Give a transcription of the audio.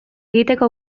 egiteko